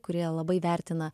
kurie labai vertina